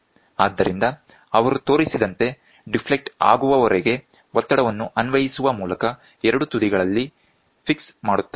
ಆದ್ದರಿಂದ ಅವರು ತೋರಿಸಿದಂತೆ ಡಿಫ್ಲೆಕ್ಟ್ ಆಗುವವರೆಗೆ ಒತ್ತಡವನ್ನು ಅನ್ವಯಿಸುವ ಮೂಲಕ ಎರಡೂ ತುದಿಗಳಲ್ಲಿ ಫಿಕ್ಸ್ ಮಾಡುತ್ತಾರೆ